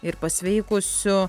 ir pasveikusių